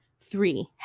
Three